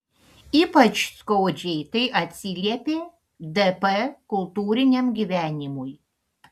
ypač skaudžiai tai atsiliepė dp kultūriniam gyvenimui